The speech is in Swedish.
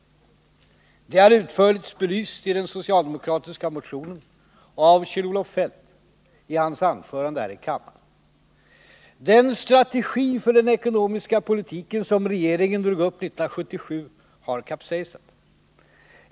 Det har utförligt belysts i den socialdemokratiska motionen och av Kjell-Olof Feldt i hans anförande här i kammaren. Den strategi för den ekonomiska politiken som regeringen drog upp 1977 har kapsejsat.